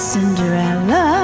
Cinderella